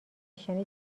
نشانی